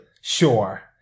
Sure